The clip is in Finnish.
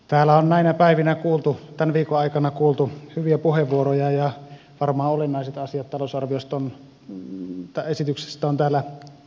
täällä on näinä päivinä tämän viikon aikana kuultu hyviä puheenvuoroja ja varmaan olennaiset asiat talousarvioesityksestä ovat täällä tulleet esille